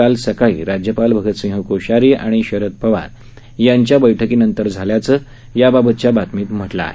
काल सकाळी झालेल्या राज्यपाल भगतसिंग कोश्यारी आणि शरद पवार यांच्या बैठकीनंतर ही बैठक झाल्याचं याबाबतच्या बातमीत म्हटलं आहे